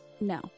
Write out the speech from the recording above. No